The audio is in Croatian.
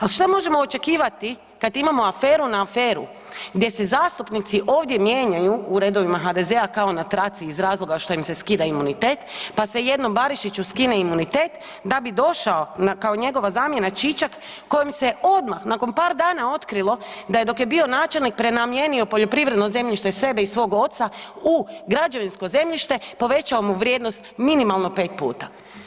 A što možemo očekivati kada imamo aferu na aferu gdje se zastupnici ovdje mijenjaju u redovima HDZ-a kao na traci iz razloga što im se skida imunitet pa se jednom Barišiću skine imunitet, da bi došao kao njegova zamjena Čičak kojem se odmah nakon par dana otkrilo da dok je bio načelnik prenamijenio poljoprivredno zemljište, sebe i svog oca u građevinskog zemljište, povećao mu vrijednost minimalno pet puta.